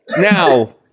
Now